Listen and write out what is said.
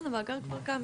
כן, המאגר כבר קיים.